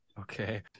okay